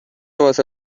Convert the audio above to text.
واسه